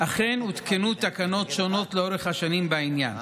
אכן הותקנו תקנות שונות לאורך השנים בעניין,